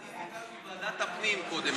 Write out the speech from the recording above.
אני ביקשתי ועדת הפנים קודם,